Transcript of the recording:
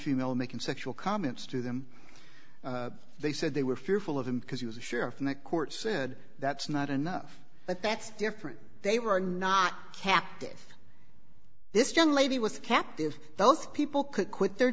female making sexual comments to them they said they were fearful of him because he was a sheriff in a court said that's not enough but that's different they were not captive this young lady was captive those people could quit their